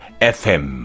FM